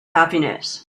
happiness